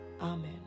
Amen